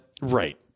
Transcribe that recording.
Right